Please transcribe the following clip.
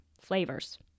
flavors